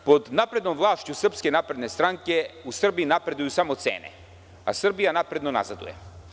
Pod naprednom vlašću SNS u Srbiji napreduju samo cene, a Srbija napredno nazaduje.